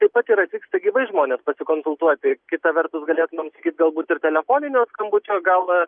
taip pat ir atvyksta gyvai žmonės pasikonsultuoti kita vertus galėtumėm sakyt galbūt ir telefoninio skambučio gal